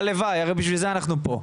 הלוואי! הרי בשביל זה אנחנו פה.